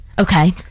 Okay